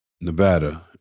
Nevada